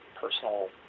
personal